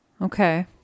Okay